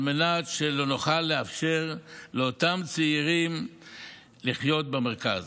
על מנת שנוכל לאפשר לאותם צעירים לחיות במרכז.